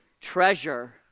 treasure